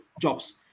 jobs